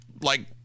like-